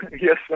Yes